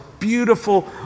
beautiful